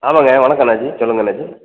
ஆமாங்க வணக்கம் அண்ணாச்சி சொல்லுங்கள் அண்ணாச்சி